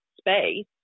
space